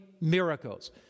miracles